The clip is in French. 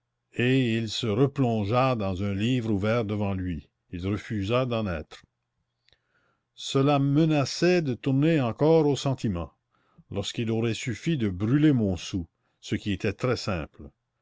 et il se replongea dans un livre ouvert devant lui il refusa d'en être cela menaçait de tourner encore au sentiment lorsqu'il aurait suffi de brûler montsou ce qui était très simple